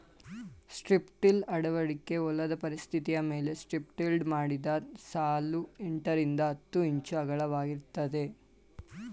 strip till ಅಳವಡಿಕೆ ಹೊಲದ ಪರಿಸ್ಥಿತಿಮೇಲೆ ಸ್ಟ್ರಿಪ್ಟಿಲ್ಡ್ ಮಾಡಿದ ಸಾಲು ಎಂಟರಿಂದ ಹತ್ತು ಇಂಚು ಅಗಲವಾಗಿರ್ತದೆ